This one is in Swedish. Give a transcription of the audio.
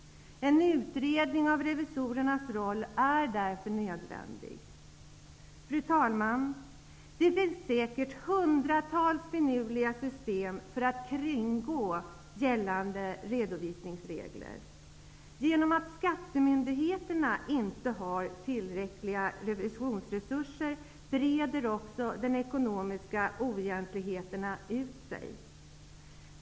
En utredning av revisorernas roll är därför nödvändig. Fru talman! Det finns säkert hundratals finurliga system för att kringgå gällande redovisningsregler. Genom att skattemyndigheterna inte har tillräckliga revisionsresurser breder de ekonomiska oegentligheterna ut sig.